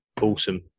awesome